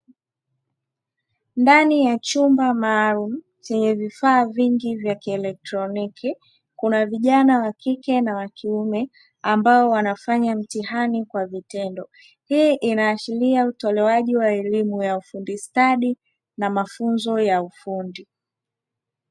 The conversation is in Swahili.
Ndani ya chumba maalumu chenye vifaa vingi vya kielektroniki kuna vijana wa kike na kiume ambao wanafanya mtihani kwa vitendo, hii inaashiria utolewaji wa elimu ya ufundi stadi na mafunzo ya ufundi.